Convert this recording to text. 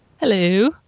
Hello